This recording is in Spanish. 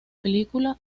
película